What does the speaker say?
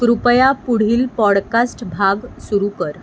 कृपया पुढील पॉडकास्ट भाग सुरू कर